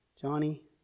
Johnny